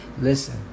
Listen